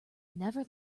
never